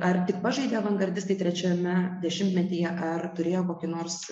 ar tik pažaidė avangardistai trečiame dešimtmetyje ar turėjo kokį nors